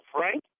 Frank